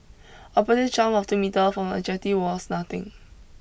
a practice jump of two metre from a jetty was nothing